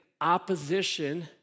Opposition